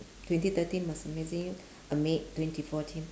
twenty thirteen was amazing uh made twenty fourteen